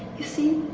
you see?